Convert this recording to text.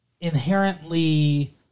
inherently